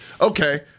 Okay